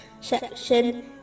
section